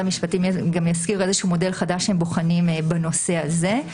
המשפטים גם יזכיר איזשהו מודל חדש שהם בוחנים בנושא הזה.